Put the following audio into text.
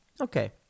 Okay